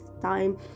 time